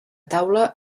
taula